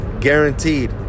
Guaranteed